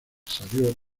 salió